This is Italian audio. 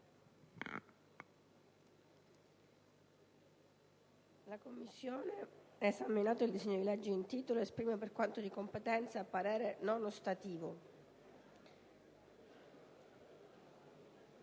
costituzionali, esaminato il disegno di legge in titolo, esprime, per quanto di competenza, parere non ostativo».